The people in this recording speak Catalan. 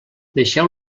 deixeu